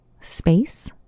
space